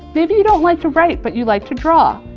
maybe you don't like to write, but you liked to draw.